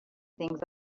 things